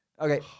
Okay